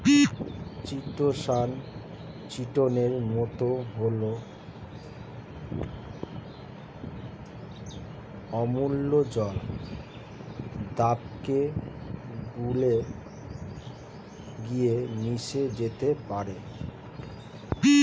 chitosan চিটোনের মতো হলেও অম্ল জল দ্রাবকে গুলে গিয়ে মিশে যেতে পারে